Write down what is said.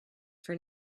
for